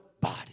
body